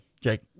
Jake